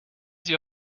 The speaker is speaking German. sie